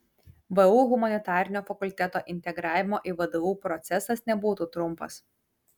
vu humanitarinio fakulteto integravimo į vdu procesas nebūtų trumpas